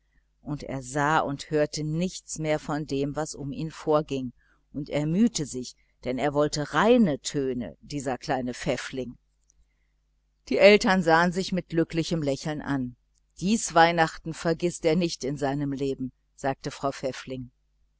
und er sah und hörte nichts mehr von dem was um ihn vorging und mühte und mühte sich denn er wollte reine töne dieser kleine pfäffling die eltern sahen sich mit glücklichem lächeln an dies weihnachten vergißt er nicht in seinem leben sagte frau pfäffling